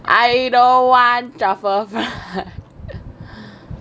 I don't want truffle fries